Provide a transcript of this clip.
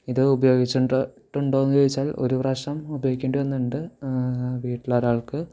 ഇത് ഉപയോഗിച്ച്ണ്ടോ ട്ട്ണ്ടോന്ന് ചോദിച്ചാൽ ഒരു പ്രാവശ്യം ഉപയോഗിക്കേണ്ടി വന്നിട്ടുണ്ട് വീട്ടിലൊരാൾക്ക്